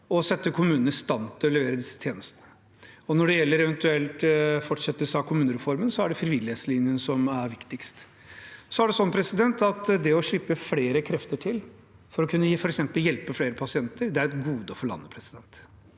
og sette kommunene i stand til å levere disse tjenestene. Når det gjelder eventuell fortsettelse av kommunereformen, er det frivillighetslinjen som er viktigst. Det er også sånn at det å slippe flere krefter til for å kunne gi f.eks. hjelp til flere pasienter er et gode for landet. Presidenten